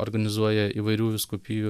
organizuoja įvairių vyskupijų